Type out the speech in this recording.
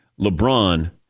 LeBron